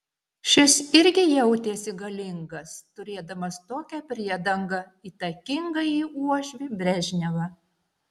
šis irgi jautėsi galingas turėdamas tokią priedangą įtakingąjį uošvį brežnevą